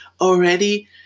already